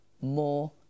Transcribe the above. more